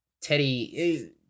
Teddy